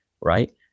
right